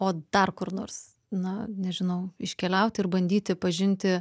o dar kur nors na nežinau iškeliauti ir bandyti pažinti